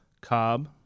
cobb